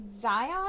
Zion